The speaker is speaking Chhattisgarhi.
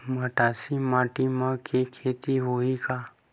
मटासी माटी म के खेती होही का?